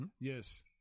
Yes